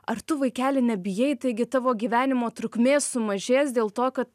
ar tu vaikeli nebijai taigi tavo gyvenimo trukmė sumažės dėl to kad